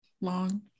long